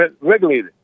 regulated